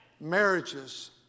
Marriages